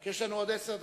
כי יש לנו עוד עשר דקות.